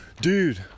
dude